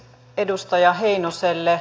edustaja heinoselle